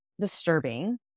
disturbing